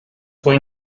fue